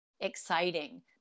exciting